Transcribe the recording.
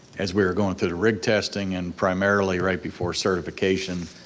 as we're going through the rig testing and primarily right before certification,